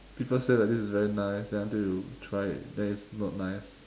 people say that this is very nice then until you try it then it's not nice